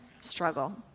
struggle